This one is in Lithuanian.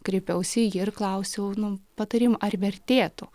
kreipiausi į jį ir klausiau nu patarimo ar vertėtų